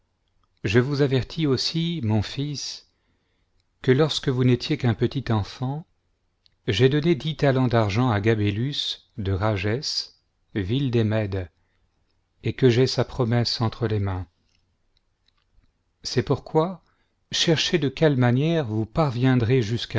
je vous avertis aussi mon fils que lorsque vous n'étiez qu'un petit enfant j'ai donné dix talents d'argent à gabélus de rages ville des médes et que j'ai sa promesse entre les mains c'est pourquoi cherchez de quelle manière vous parviendrez